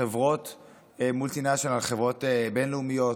חברות בין-לאומיות,